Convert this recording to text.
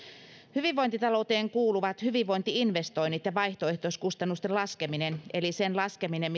hyvinvointitalouteen kuuluvat hyvinvointi investoinnit ja vaihtoehtoiskustannusten laskeminen eli sen laskeminen